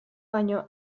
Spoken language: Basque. baino